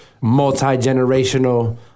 multi-generational